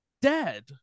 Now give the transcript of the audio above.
dead